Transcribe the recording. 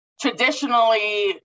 traditionally